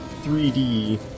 3d